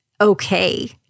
okay